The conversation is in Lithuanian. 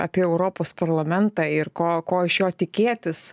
apie europos parlamentą ir ko ko iš jo tikėtis